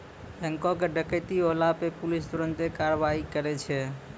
बैंको के डकैती होला पे पुलिस तुरन्ते कारवाही करै छै